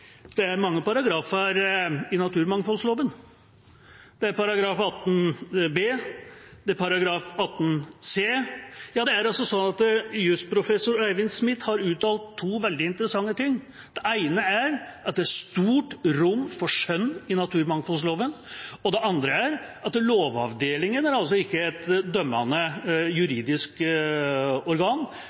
Det er mange paragrafer i naturmangfoldloven, det er § 18 b, det er § 18 c – ja det er altså sånn at jusprofessor Eivind Smith har uttalt to veldig interessante ting. Det ene er at det er stort rom for skjønn i naturmangfoldloven. Det andre er at Lovavdelingen ikke er et dømmende juridisk organ,